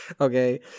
Okay